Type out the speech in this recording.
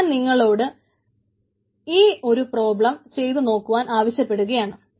ഞാൻ നിങ്ങളോട് ഈ ഒരു പ്രോബ്ളം ചെയ്തു നോക്കുവാൻ ആവശ്യപ്പെടുകയാണ്